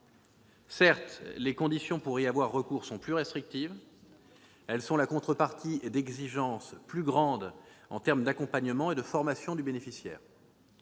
Certes, les conditions pour y avoir recours sont plus restrictives : elles sont la contrepartie d'exigences plus grandes en matière d'accompagnement et de formation du bénéficiaire.